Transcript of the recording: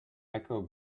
echo